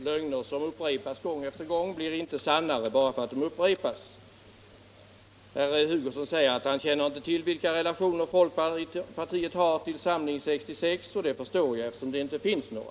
Herr talman! Lögner blir inte sannare bara därför att de upprepas gång på gång. Herr Hugosson känner inte till vilka relationer folkpartiet har till Samling 66, och det förstår jag, eftersom det inte finns några.